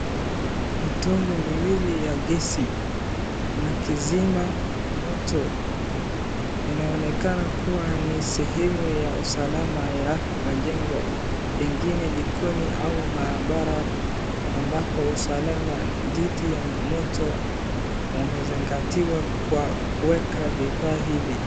Mitungi miwili ya gesi na kizima moto inaonekana kuwa ni sehemu ya usalama ya majengo, pengine jikoni au maabara ambako usalama dhidi ya moto umezingatiwa kwa kuweka vifaa hivi.